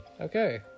Okay